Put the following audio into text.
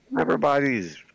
Everybody's